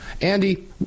Andy